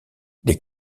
les